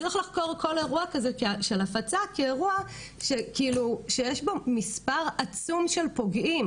צריך לחקור כל אירוע כזה של הפצה כאירוע שיש בו מספר עצום של פוגעים